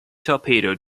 torpedo